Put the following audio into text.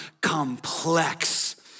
complex